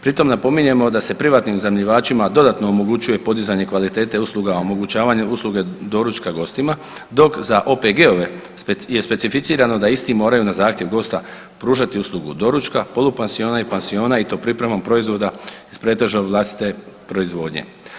Pri tom napominjemo da se privatnim iznajmljivačima dodatno omogućuje podizanje kvalitete usluga, omogućavanje usluge doručka gostima dok za OPG-ove je specificirano da isti moraju na zahtjev gosta pružati uslugu doručka, polupansiona i pansiona i to pripremom proizvoda iz pretežno vlastite proizvodnje.